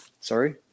Sorry